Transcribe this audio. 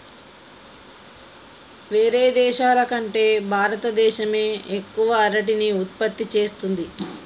వేరే దేశాల కంటే భారత దేశమే ఎక్కువ అరటిని ఉత్పత్తి చేస్తంది